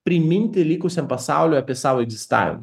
priminti likusiam pasauliui apie savo egzistavimą